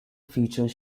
features